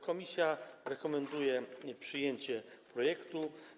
Komisja rekomenduje przyjęcie projektu.